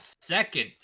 second